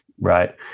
right